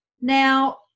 Now